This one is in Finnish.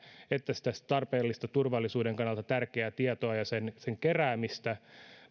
että tarpeellista turvallisuuden kannalta tärkeää tietoa ja sen sen keräämistä